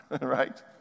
right